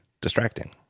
distracting